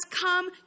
come